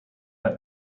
let